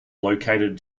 located